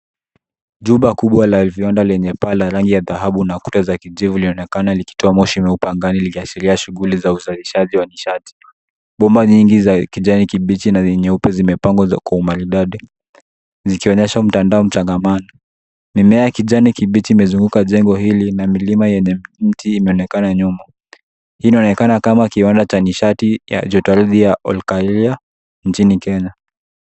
Jumba kubwa la viwanda lenye paa la rangi ya dhahabu na kuta za kijivu linaonekana likitoa moshi na upangani likiashiria shughuli za uzalishaji wa nishati. Bomba nyingi za kijani kibichi na zenye myeupe zimepangwa kwa umaridadi, zikionyesha mtandao mtangamani. Mimea ya kijani kibichi imezunguka jengo hili, na milima yenye miti imeonekana nyuma. Hii inaonekana kama kiwanda cha nishati ya joto ardhi ya Olkaria, nchini Kenya.